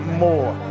more